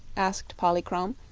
asked polychrome,